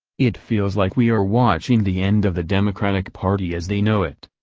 it feels like we are watching the end of the democratic party as they know it.